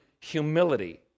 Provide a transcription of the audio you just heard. humility